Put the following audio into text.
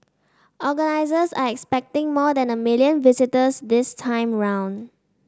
organisers are expecting more than a million visitors this time round